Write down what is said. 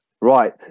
Right